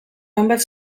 hainbat